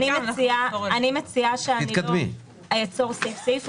אני מציעה שאני לא אעצור סעיף-סעיף.